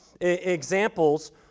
examples